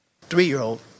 three-year-old